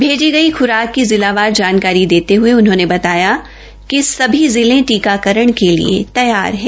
भेजी गई खुराक जिला जानकारी देते हये उन्होंने बताया कि सभी जिले टीकाकरण के लिए तैयार है